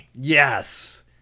Yes